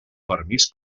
permís